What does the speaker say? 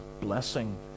blessing